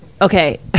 Okay